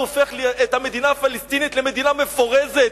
הופך את המדינה הפלסטינית למדינה מפורזת,